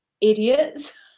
idiots